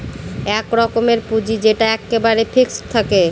এক রকমের পুঁজি যেটা এক্কেবারে ফিক্সড থাকে